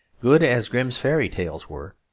good as grimm's fairy tales were,